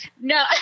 no